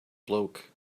bloke